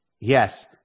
Yes